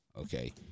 okay